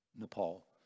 Nepal